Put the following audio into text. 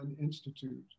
Institute